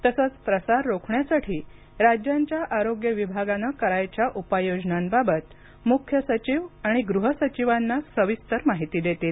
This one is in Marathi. तसंच प्रसार रोखण्यासाठी राज्यांच्या आरोग्य विभागानं करायच्या उपाययोजनांबाबत मुख्य सचिव आणि गृह सचिवांना सविस्तर माहिती देतील